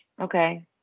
okay